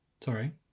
Sorry